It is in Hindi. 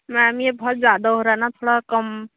मैम यह बहुत ज़्यादा हो रहा है न थोड़ा कम